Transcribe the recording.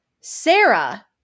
Sarah